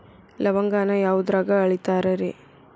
ಲವಂಗಾನ ಯಾವುದ್ರಾಗ ಅಳಿತಾರ್ ರೇ?